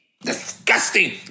Disgusting